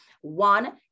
One